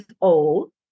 old